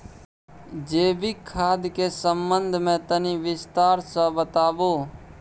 जैविक खाद के संबंध मे तनि विस्तार स बताबू?